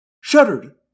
shuddered